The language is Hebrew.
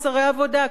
כל כך פשוט.